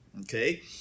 okay